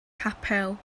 capel